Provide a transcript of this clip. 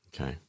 Okay